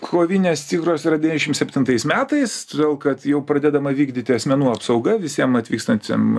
kovinės tikros yra devyniašim septintais metais todėl kad jau pradedama vykdyti asmenų apsauga visiem atvykstanciem